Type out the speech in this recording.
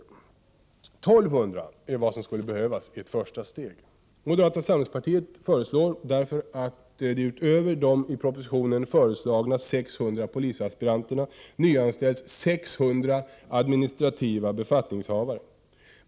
1 200 är vad som skulle behövas i ett första steg. Moderata samlingspartiet föreslår därför att det utöver de i propositionen föreslagna 600 polisaspiranterna nyanställs 600 administrativa befattningshavare.